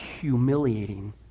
humiliating